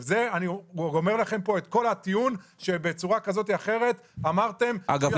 זה גומר לכם פה את כל הטיעון שבצורה כזאת או אחרת אמרתם --- אגב,